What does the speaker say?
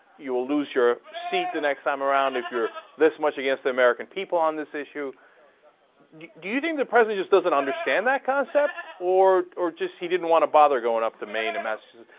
you will lose your seat the next time around if you're this much against the american people on this issue. do you think the president just doesn't understand that concept, or or just he didn't want to bother going up to maine and massachusetts?